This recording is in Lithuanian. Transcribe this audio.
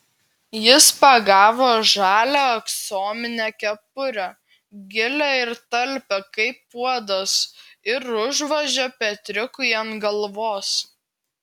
jis pagavo žalią aksominę kepurę gilią ir talpią kaip puodas ir užvožė petriukui ant galvos